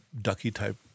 ducky-type